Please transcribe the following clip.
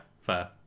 fair